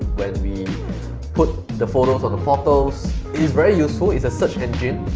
when we put the photos on the portals it's very useful it's a search engine,